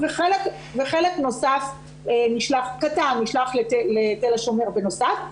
-- וחלק נוסף קטן נשלח לתל השומר בנוסף.